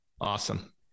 Awesome